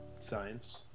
Science